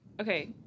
Okay